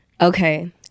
okay